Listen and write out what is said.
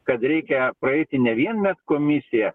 kad reikia praeiti ne vien medkomisiją